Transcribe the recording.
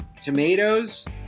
tomatoes